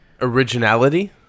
Originality